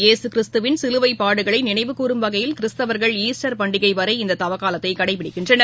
இயேசுகிறிஸ்துவின் சிலுவைப்பாடுகளைநினைவுகூறும் வகையில் கிறிஸ்தவர்கள் ஈஸ்டர் பண்டிகைவரை இந்ததவக்காலத்தைகடைபிடிக்கின்றனர்